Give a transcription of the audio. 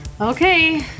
Okay